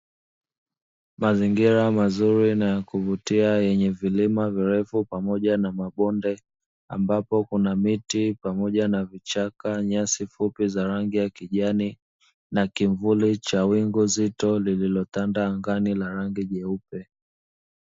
Mazingira mazuri na ya kuvutia yenye vilima virefu pamoja na mabonde ambapo kuna miti pamoja na vichaka, nyasi fupi za rangi ya kijani na kivuli cha wingu zito lililotanda angani la rangi jeupe.